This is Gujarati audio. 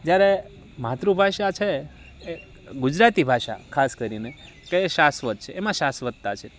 જ્યારે માતૃભાષા છે એ ગુજરાતી ભાષા ખાસ કરીને કે શાશ્વત છે એમાં શાશ્વતતા છે